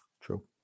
True